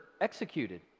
executed